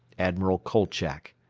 admiral kolchak.